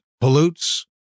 pollutes